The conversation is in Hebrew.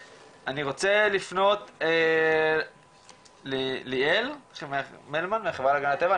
אני רוצה לפנות לליאלי מלמן מהחברה להגנת הטבע.